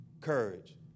courage